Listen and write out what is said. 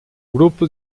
grupo